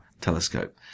telescope